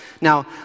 Now